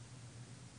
לכולם.